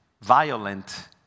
violent